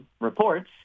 reports